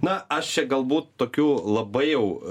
na aš čia galbūt tokių labai jau